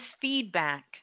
feedback